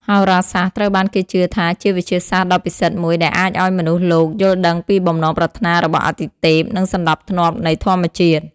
ហោរាសាស្ត្រត្រូវបានគេជឿថាជាវិទ្យាសាស្ត្រដ៏ពិសិដ្ឋមួយដែលអាចឲ្យមនុស្សលោកយល់ដឹងពីបំណងប្រាថ្នារបស់អាទិទេព និងសណ្តាប់ធ្នាប់នៃធម្មជាតិ។